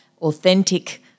authentic